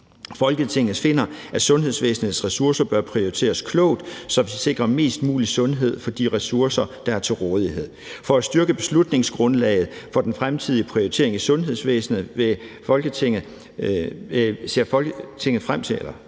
Folketinget finder, at sundhedsvæsenets ressourcer bør prioriteres klogt, så vi sikrer mest mulig sundhed for de ressourcer, der er til rådighed. For at styrke beslutningsgrundlaget for den fremtidige prioritering i sundhedsvæsenet ser Folketinget frem til, at